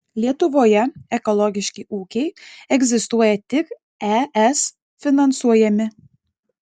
lietuvoje ekologiški ūkiai egzistuoja tik es finansuojami